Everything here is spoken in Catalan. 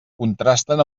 contrasten